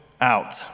out